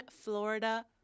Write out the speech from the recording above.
Florida